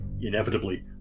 inevitably